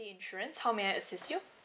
insurance how may I assist you